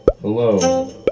Hello